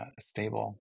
stable